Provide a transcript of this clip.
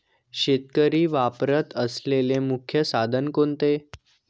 शेतकरी वापरत असलेले मुख्य साधन कोणते?